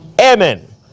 amen